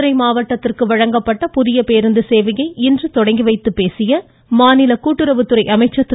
மதுரை மாவட்டத்திற்கு வழங்கப்பட்ட புதிய பேருந்து சேவையை இன்று தொடங்கி வைத்துப் பேசிய மாநில கூட்டுறவுத்துறை அமைச்சர் திரு